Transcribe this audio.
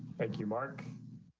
thank you, mark.